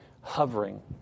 Hovering